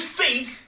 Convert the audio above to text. faith